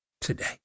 today